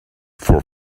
for